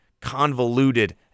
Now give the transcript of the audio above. convoluted